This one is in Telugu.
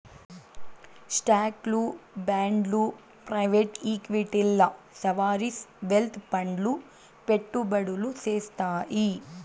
స్టాక్లు, బాండ్లు ప్రైవేట్ ఈక్విటీల్ల సావరీన్ వెల్త్ ఫండ్లు పెట్టుబడులు సేత్తాయి